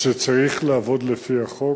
שצריך לעבוד לפי החוק.